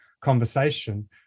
conversation